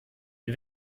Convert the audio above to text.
wir